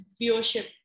viewership